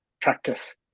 practice